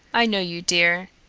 i know you, dear.